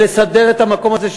ולסדר את המקום הזה,